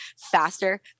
faster